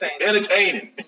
entertaining